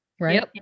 right